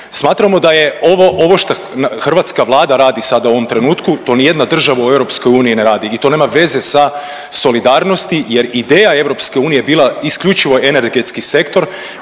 Smatramo da je ovo što hrvatska Vlada radi sada u ovom trenutku to ni jedna država u EU ne radi i to nema veze sa solidarnosti jer ideja je EU bila isključivo energetski sektor.